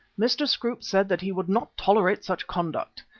mr. scroope said that he would not tolerate such conduct.